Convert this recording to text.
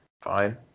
Fine